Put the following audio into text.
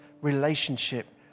relationship